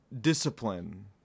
discipline